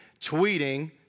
tweeting